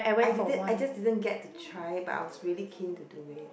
I did it I just didn't get to try but I was very keen to do it